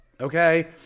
Okay